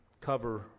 cover